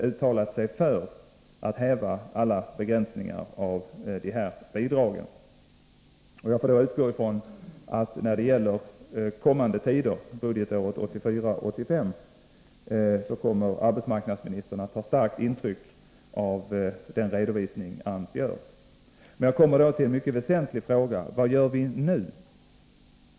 uttalat sig för att man skall häva alla begränsningar när det gäller de här bidragen — och jag utgår från att arbetsmarknadsministern för budgetåret 1984/85 kommer att ta starkt intryck av den redovisning AMS har lämnat. Men detta leder fram till en mycket väsentlig fråga: Vad gör vi nu?